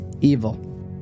evil